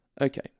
Okay